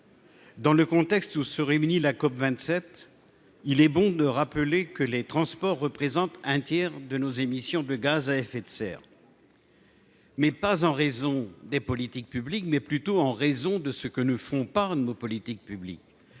Dans le contexte où se réunit la COP27 il est bon de rappeler que les transports représentent un tiers de nos émissions de gaz à effet de serre. Mais pas en raison des politiques publiques, mais plutôt en raison de ce que ne font par nos politiques publiques,